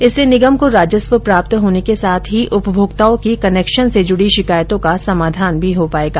इससे निगम को राजस्व प्राप्त होने के साथ ही उपमोक्ताओं की कनेक्शन से सम्बन्धित शिकायतों का समाधान भी हो पायेगा